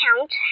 count